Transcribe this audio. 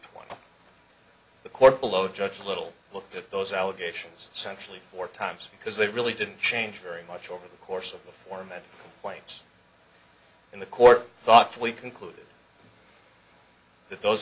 twenty the court below judge little look at those allegations so actually four times because they really didn't change very much over the course of the format points in the court thoughtfully concluded that those